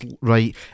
right